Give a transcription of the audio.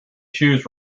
shoes